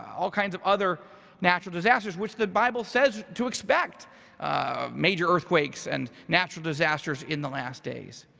all kinds of other natural disasters, which the bible says to expect major earthquakes and natural disasters in the last days.